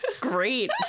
Great